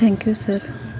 thank you sir